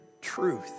truth